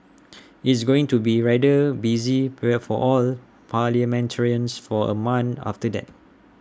it's going to be rather busy period for all parliamentarians for A month after that